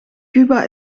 cuba